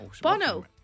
Bono